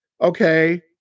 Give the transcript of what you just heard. Okay